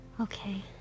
Okay